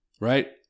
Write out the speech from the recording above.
Right